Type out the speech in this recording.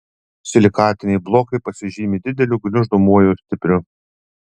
silikatiniai blokai pasižymi dideliu gniuždomuoju stipriu